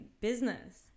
business